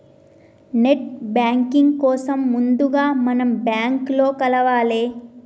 net banking కోసం ముందుగా మనం బ్యాంకులో కలవాలే